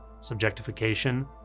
subjectification